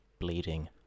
bleeding